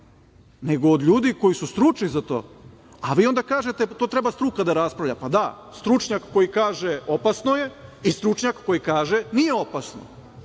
nego od ljudi koji su stručni za to. Vi onda kažete – to treba struka da raspravlja. Da, stručnjak koji kaže – opasno je i stručnjak koji kaže – nije opasno.